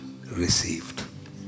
received